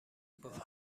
گفت